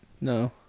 No